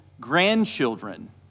grandchildren